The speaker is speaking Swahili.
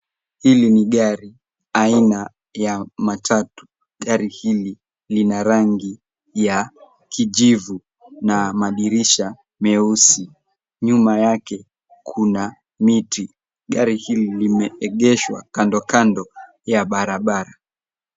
Hili ni gari aina ya matatu. Gari hili lina rangi ya kijivu na madirisha meusi. Nyuma yake kuna miti. Gari hili limeegeshwa kandokando ya barabara.